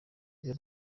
ibyo